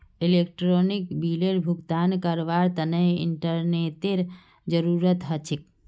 electronic बिलेर भुगतान करवार तने इंटरनेतेर जरूरत ह छेक